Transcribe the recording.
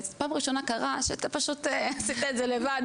ופעם ראשונה קרה שאתה פשוט עשית את זה לבד,